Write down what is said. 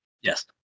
yes